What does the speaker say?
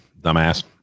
dumbass